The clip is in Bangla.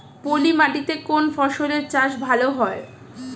পলি মাটিতে কোন ফসলের চাষ ভালো হয়?